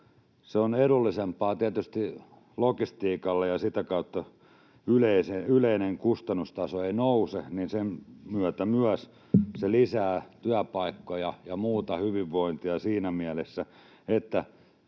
edullisempaa logistiikalle ja sitä kautta yleinen kustannustaso ei nouse, se lisää myös työpaikkoja ja muuta hyvinvointia siinä mielessä, että